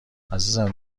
عزیزم